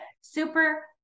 super